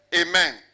Amen